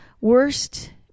worst